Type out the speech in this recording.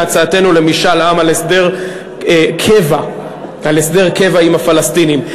להצעתנו למשאל עם על הסדר קבע עם הפלסטינים,